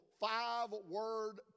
five-word